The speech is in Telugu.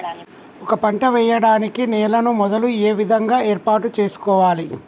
ఒక పంట వెయ్యడానికి నేలను మొదలు ఏ విధంగా ఏర్పాటు చేసుకోవాలి?